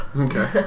Okay